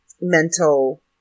mental